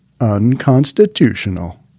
unconstitutional